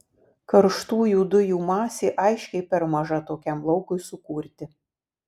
karštųjų dujų masė aiškiai per maža tokiam laukui sukurti